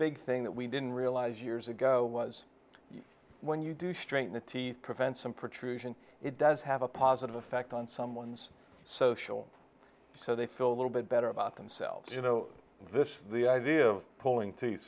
big thing that we didn't realize years ago was when you do strain the teeth prevents some protrusion it does have a positive effect on someone's social so they feel a little bit better about themselves you know this the idea of pulling teeth